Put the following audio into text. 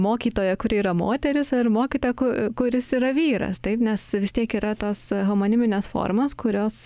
mokytoją kuri yra moteris ar mokytoją ku kuris yra vyras taip nes vis tiek yra tas homoniminės formos kurios